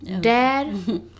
dad